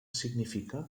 significa